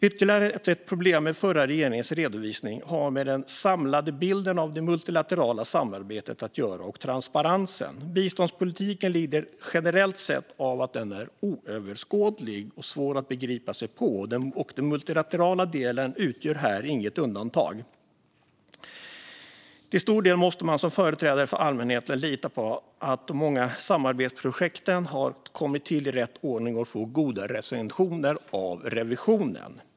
Ytterligare ett problem med förra regeringens redovisning har med den samlade bilden av det multilaterala samarbetet och transparensen att göra. Biståndspolitiken lider generellt sett av att den är oöverskådlig och svår att begripa sig på för den som vill se hur skattepengarna används. Den multilaterala delen utgör här inget undantag. Till stor del måste man som företrädare för allmänheten lita på att de många samarbetsprojekten har kommit till i rätt ordning och får goda recensioner av revisionen.